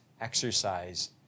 exercise